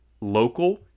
local